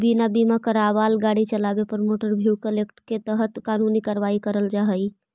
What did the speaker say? बिना बीमा करावाल गाड़ी चलावे पर मोटर व्हीकल एक्ट के तहत कानूनी कार्रवाई करल जा हई